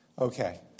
Okay